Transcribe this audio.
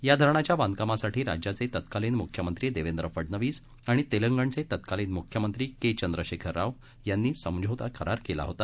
या धरणाच्या बांधकामासाठी राज्याचे तत्कालीन मुख्यमंत्री देवेंद्र फडणवीस आणि तेलंगणचे तत्कालीन मुख्यमंत्री के चंद्रशेखर राव यांनी समझोता करार केला होता